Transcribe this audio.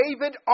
David